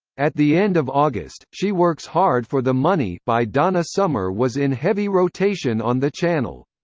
at the end of august, she works hard for the money by donna summer was in heavy rotation on the channel.